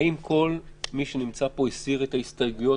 האם כל מי שנמצא פה הסיר את ההסתייגויות?